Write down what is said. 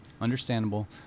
Understandable